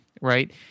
right